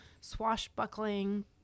swashbuckling